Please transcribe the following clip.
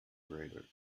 greater